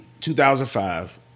2005